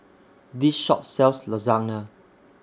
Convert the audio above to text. This Shop sells Lasagna